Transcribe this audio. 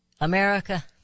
America